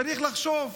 צריך לחשוב,